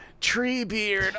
Treebeard